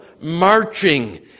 marching